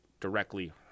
directly